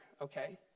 okay